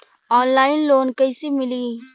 Online loan कइसे मिली?